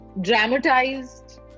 dramatized